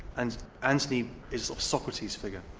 and antony is a socrates figure.